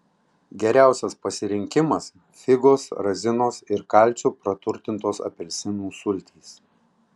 geriausias pasirinkimas figos razinos ir kalciu praturtintos apelsinų sultys